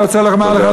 אני רוצה לומר לך,